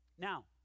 Now